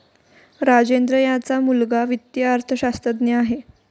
राजेंद्र यांचा मुलगा वित्तीय अर्थशास्त्रज्ञ आहे